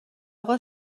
اقا